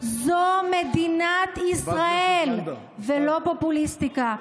זו מדינת ישראל ולא פופוליסטיקה.